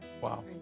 Wow